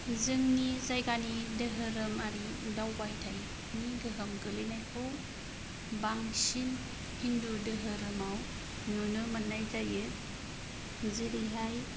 जोंनि जायगानि धोरोमारि दावबायथायनि गोहोम गोलैनायखौ बांसिन हिन्दु दोहोरोमाव नुनो मोननाय जायो जेरैहाय